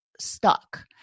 stuck